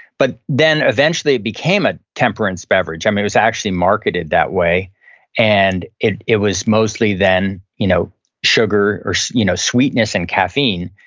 but then eventually it became a temperance beverage. um it was actually marketed that way and it it was mostly then you know sugar or you know sweetness and caffeine.